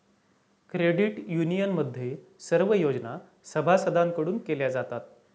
credit युनियनमध्ये सर्व योजना सभासदांकडून केल्या जातात